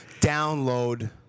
Download